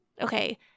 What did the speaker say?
okay